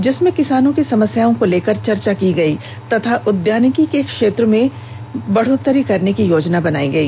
जिसमें किसानों की समस्याओं को लेकर चर्चा की गई तथा उद्यानिकी के क्षेत्र को बढ़ाने की योजना बनाई गई